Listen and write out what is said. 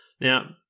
Now